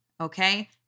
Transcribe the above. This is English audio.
Okay